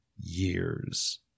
years